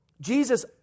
Jesus